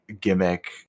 gimmick